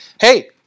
hey